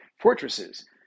fortresses